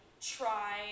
try